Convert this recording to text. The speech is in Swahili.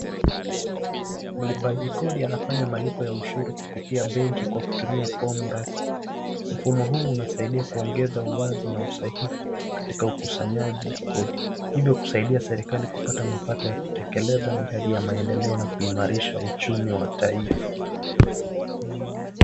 Mlipaji kodi anafanya malipo ya ushuru kupitia benki kwa kutumia fomu rasmi. Mfumo huu unasaidia kuongeza uwazi na usahihi katika ukusanyaji kodi. Hivyo kusaidia serikali kupata mapato ya kutekeleza miradi ya maendeleo na kuimarisha uchumi wa taifa.